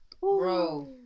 bro